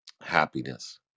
happiness